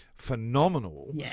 phenomenal